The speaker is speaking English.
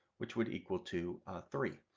which would equal to three.